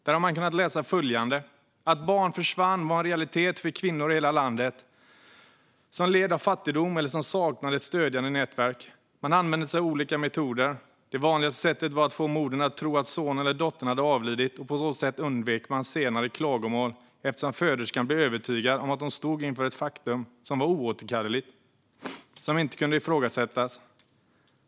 Där kan man läsa följande: Att barn försvann var en realitet för kvinnor i hela landet som led av fattigdom eller som saknade ett stödjande nätverk. Man använde sig av olika metoder. Det vanligaste sättet var att få modern att tro att sonen eller dottern hade avlidit, och på så sätt undvek man senare klagomål eftersom föderskan blev övertygad om att hon stod inför ett faktum som var oåterkalleligt och som inte kunde ifrågasättas.